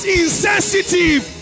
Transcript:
insensitive